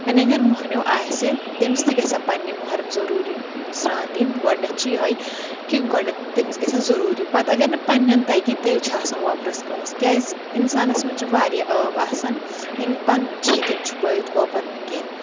وۄنۍ اگر موہنیو آسہِ تٔمِس تہِ گژھن پننہِ موہرم ضوٚروٗری سران دِنۍ گۄڈنؠتھ چھِ یِہوے کہِ گۄڈنؠتھ تٔمِس گژھن ضوٚروٗری پتہٕ اگر نہٕ پننؠن تَگہِ تیٚلہِ چھِ آسان وۄپرَس کٲنٛسہِ کیاز اِنسانس منٛز چھِ واریاہ ٲب آسان یِم پنُن چھِ ہٮ۪کان چھُپٲیِتھ وۄپَر نہٕ کینٛہہ